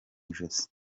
ijosi